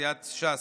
סיעת ש"ס,